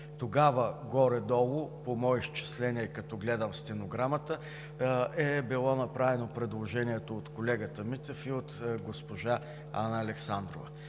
Тогава, горе-долу по мои изчисления, като гледам стенограмата, е било направено предложението от колегата Митев и от госпожа Анна Александрова.